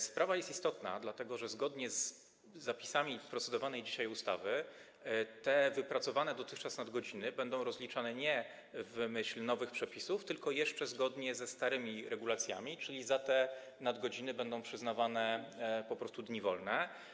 Sprawa jest istotna, dlatego że zgodnie z zapisami procedowanej dzisiaj ustawy te wypracowane dotychczas nadgodziny będą rozliczane nie w myśl nowych przepisów, tylko jeszcze zgodnie ze starymi regulacjami, czyli za te nadgodziny będą przyznawane po prostu dni wolne.